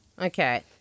Okay